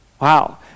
Wow